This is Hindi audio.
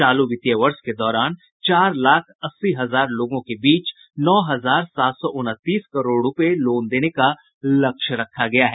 चालू वित्तीय वर्ष के दौरान चार लाख अस्सी हजार लोगों के बीच नौ हजार सात सौ उनतीस करोड़ रूपये लोन देने का लक्ष्य रखा गया है